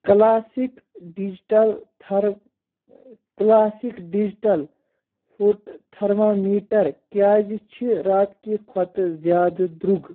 classic digital تھر classic digital food thermometer کیٛازِ چھ راتہٕ کہِ کھۄتہٕ زیادٕ درٛوگ